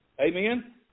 Amen